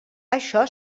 això